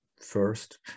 first